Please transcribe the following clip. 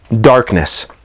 darkness